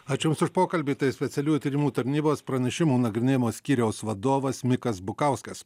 ačiū jums už pokalbį tai specialiųjų tyrimų tarnybos pranešimų nagrinėjimo skyriaus vadovas mikas bukauskas